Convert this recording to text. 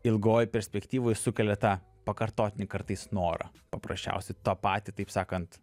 ilgoj perspektyvoj sukelia tą pakartotinį kartais norą paprasčiausiai tą patį taip sakant